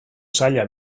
saila